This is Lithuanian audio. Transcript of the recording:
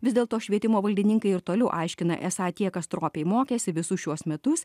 vis dėlto švietimo valdininkai ir toliau aiškina esą tie kas stropiai mokėsi visus šiuos metus